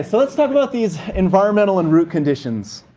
so let's talk about these environmental and route conditions.